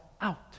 out